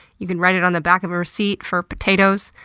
you can write it on the back of a receipt for potatoes,